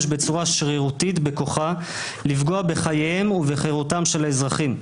בצורה שרירותית בכוחה לפגוע בחייהם ובחירותם של האזרחים,